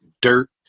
dirt